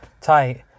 tight